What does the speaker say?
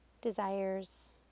desires